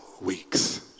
weeks